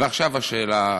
ועכשיו השאלה,